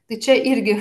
tai čia irgi